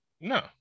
No